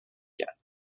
کرد